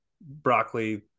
broccoli